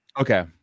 Okay